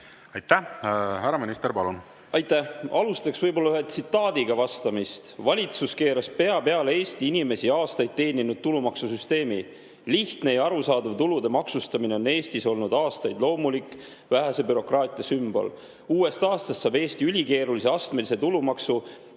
Aitäh! Härra minister, palun! Aitäh! Alustan vastamist ühe tsitaadiga: "Valitsus keeras pea peale Eesti inimesi aastaid teeninud tulumaksusüsteemi. Lihtne ja arusaadav tulude maksustamine on Eestis olnud aastaid loomulik vähese bürokraatia sümbol. Uuest aastast saab Eesti ülikeerulise astmelise tulumaksu,